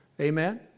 amen